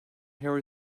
hair